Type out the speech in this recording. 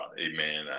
Amen